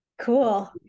Cool